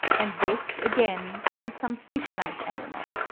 and this again from some fish-like animal.